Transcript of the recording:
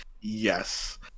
Yes